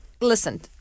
Listen